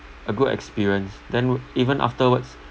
a good experience then even afterwards